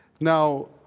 Now